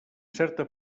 certa